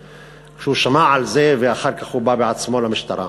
כשהוא שמע על זה, אחר כך הוא בא בעצמו למשטרה.